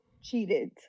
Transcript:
Cheated